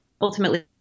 ultimately